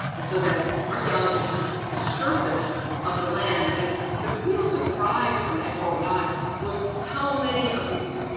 and so that archeologists can see the surface of the land. and the real surprise from angkor wat was how many of these,